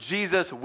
Jesus